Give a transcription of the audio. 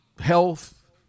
health